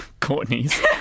Courtney's